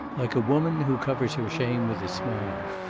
like a woman who covers her shame with a smile.